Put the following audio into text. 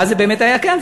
ואז זה באמת היה קיים,